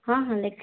ହଁ ହଁ ଲେଖିଛି